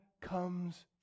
comes